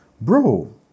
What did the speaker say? bro